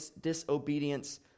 disobedience